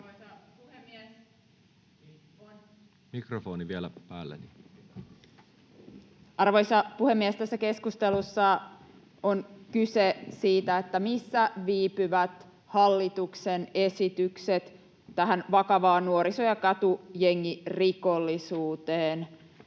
Arvoisa puhemies! Tässä keskustelussa on kyse siitä, missä viipyvät hallituksen esitykset tähän vakavaan nuoriso‑ ja katujengirikollisuuteen